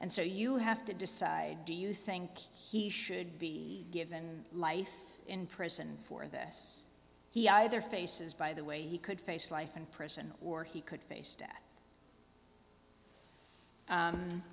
and so you have to decide do you think he should be given life in prison for this he either faces by the way he could face life in prison or he could face